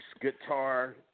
guitar